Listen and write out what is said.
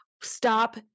stop